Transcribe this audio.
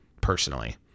personally